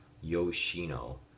Yoshino